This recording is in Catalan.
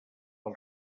els